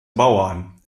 bauern